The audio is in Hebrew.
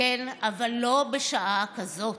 'כן, אבל לא בשעה כזאת'".